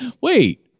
Wait